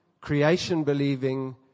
creation-believing